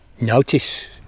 Notice